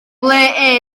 ble